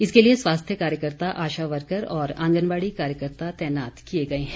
इसके लिए स्वास्थ्य कार्यकर्ता आशा वर्कर और आंगनबाड़ी कार्यकर्ता तैनात किए गए हैं